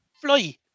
fly